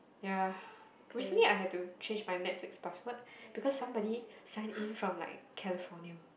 ya recently I had to change my Netflix password because somebody sign in from like California